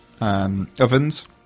ovens